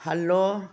hello